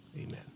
Amen